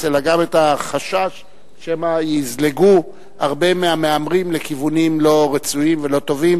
אלא גם את החשש שמא יזלגו הרבה מהמהמרים לכיוונים לא רצויים ולא טובים,